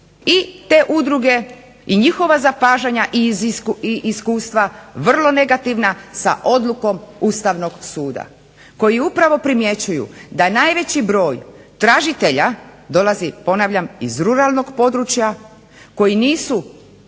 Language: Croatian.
i te udruge i njihova zapažanja i iskustva vrlo negativna sa odlukom Ustavnog suda koji upravo primjećuju da najveći broj tražitelja dolazi ponavljam iz ruralnog područja koji nisu